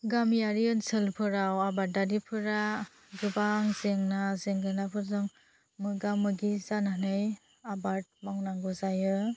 गामियारि ओनसोलफोराव आबादारिफोरा गोबां जेंना जेंगोनाफोरजों मोगा मोगि जानानै आबाद मावनांगौ जायो